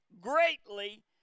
greatly